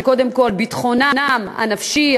שקודם לכול ביטחונם הנפשי,